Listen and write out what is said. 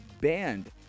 banned